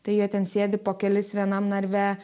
tai jie ten sėdi po kelis vienam narve